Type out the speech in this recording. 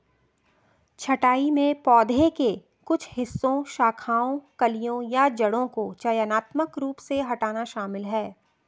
छंटाई में पौधे के कुछ हिस्सों शाखाओं कलियों या जड़ों को चयनात्मक रूप से हटाना शामिल है